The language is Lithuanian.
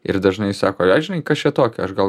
ir dažnai sako ai žinai kas čia tokio aš gal